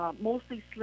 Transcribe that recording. Mostly